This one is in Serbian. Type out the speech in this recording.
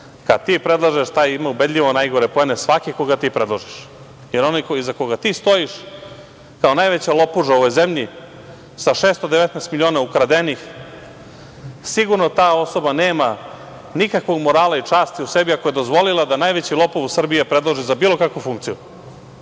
Kad ti predlažeš, taj ima ubedljivo najgore poene, svaki koga ti predložiš. Onaj iza koga ti stojiš, kao najveća lopuža u ovoj zemlji, sa 619 miliona ukradenih, sigurna ta osoba nema nikakvog morala i časti u sebi ako je dozvolila da najveći lopov u Srbiji predlaže za bilo kakvu funkciju. Nema